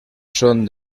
són